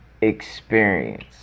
experience